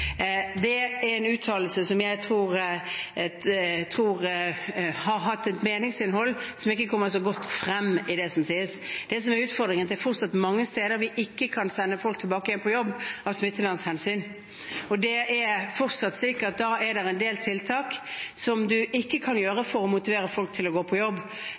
Det er en uttalelse som jeg tror har et meningsinnhold som ikke har kommet så godt frem i det som sies. Det som er utfordringen, er at det fortsatt er mange steder vi ikke kan sende folk tilbake igjen på jobb av smittevernhensyn, og det er fortsatt slik at det er en del tiltak man ikke kan sette inn for å motivere folk til å gå på jobb,